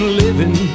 living